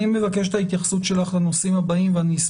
אני מבקש את ההתייחסות שלך לנושאים הבאים ואני